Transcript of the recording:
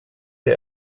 der